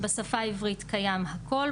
בשפה העברית קיים הכול,